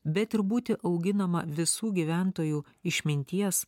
bet ir būti auginama visų gyventojų išminties